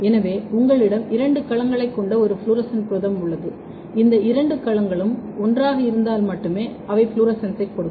எனவே உங்களிடம் இரண்டு களங்களைக் கொண்ட ஒரு ஃப்ளோரசன்ட் புரதம் உள்ளது இந்த இரண்டு களங்களும் ஒன்றாக இருந்தால் மட்டுமே அவை ஃப்ளோரசன்ஸைக் கொடுக்கும்